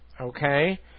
Okay